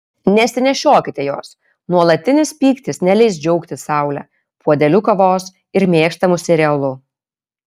nesinešiokite jos nuolatinis pyktis neleis džiaugtis saule puodeliu kavos ir mėgstamu serialu